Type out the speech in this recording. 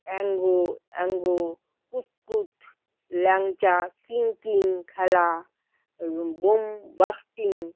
অ্যাঙ্গো অ্যাঙ্গো কুতকুত ল্যাংচা কিং কিং খেলা বোম ব্লাস্টিং